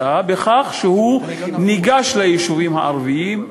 בכך שהוא ניגש ליישובים הערביים,